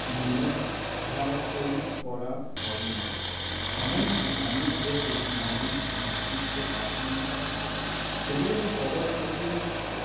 বিরুদ্ধাচরণ করা হয় না এমনকি অনেক দেশেই নারী নেতৃত্ব প্রাধান্য পাচ্ছে সেগুলো তো সবার চোখেই পড়ে